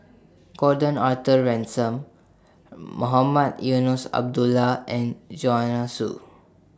Gordon Arthur Ransome Mohamed Eunos Abdullah and Joanna Soo